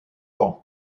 banc